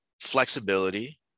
flexibility